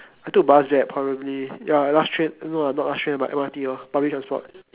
I took bus back probably ya last train no ah not last train but M_R_T lor public transport